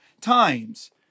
times